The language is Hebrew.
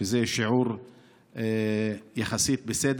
ממה שנמסר לנו, 34%, שזה שיעור יחסית בסדר.